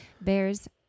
Bears